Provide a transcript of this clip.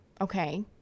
Okay